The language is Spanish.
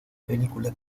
película